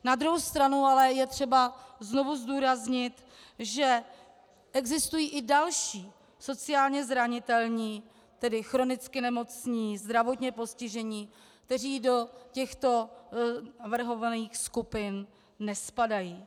Na druhou stranu ale je třeba znovu zdůraznit, že existují i další sociálně zranitelní, tedy chronicky nemocní, zdravotně postižení, kteří do těchto navrhovaných skupin nespadají.